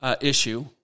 issue